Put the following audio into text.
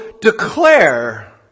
declare